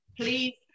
please